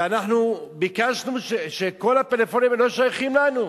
ואנחנו ביקשנו: כל הפלאפונים האלה לא שייכים לנו.